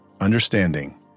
understanding